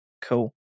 Cool